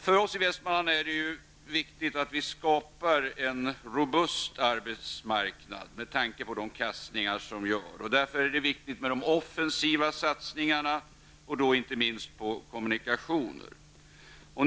För oss i Västmanland är det viktigt att vi kan skapa en robust arbetsmarknad med tanke på de kastningar som vi får. Därför är det viktigt med de offensiva satsningarna, inte minst på kommunikationer.